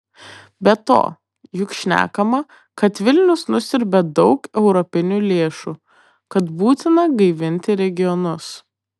be to juk šnekama kad vilnius nusiurbia daug europinių lėšų kad būtina gaivinti regionus